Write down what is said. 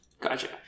Gotcha